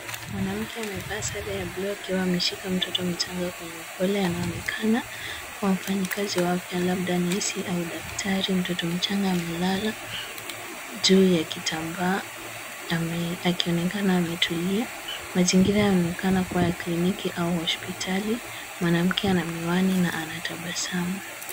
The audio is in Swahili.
Mwanamke amevaa sare ya bluu akiwa ameshika mtoto mchanga. Anaonekana kwa mfanyakazi wa afya labda ni neisi au daktari. Mtoto mchanga amelala juu ya kitambaa akionekana ametulia. Majingira yanaonekana kuwa ya kliniki au hospitali, mwanamke ana miwani na ana tabasamu.